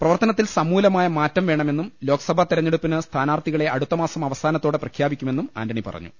പ്രപർത്തനത്തിൽ സമൂലമായ മാറ്റം വേണമെന്നും ലോക്സഭ തെരഞ്ഞെടുപ്പിന് സ്ഥാനാർത്ഥികളെ അടുത്തമാസം അവസാനത്തോടെ പ്രഖ്യാപിക്കുമെന്നും ആന്റണി പറഞ്ഞു